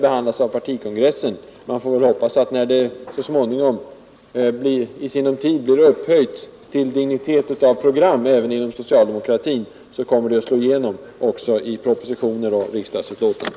Man får hoppas att, när det i sinom tid blir upphöjt till dignitet av program även inom socialdemokratin, det kommer att slå igenom också i propositioner och utskottsbetänkanden.